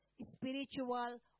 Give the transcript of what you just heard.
spiritual